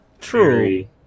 true